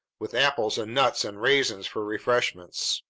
with apples and nuts and raisins for refreshments.